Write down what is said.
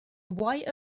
why